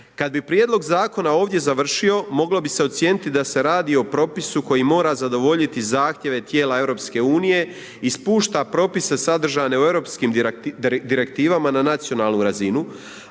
Kada bi prijedlog zakona ovdje završio moglo bi se ocijeniti da se radi o propisu koji mora zadovoljiti zahtjeve tijela Europske unije i spušta propise sadržane u europskim direktivama na nacionalnu razinu.